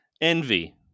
Envy